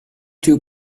two